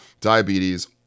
Diabetes